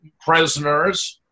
prisoners